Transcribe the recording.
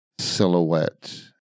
silhouette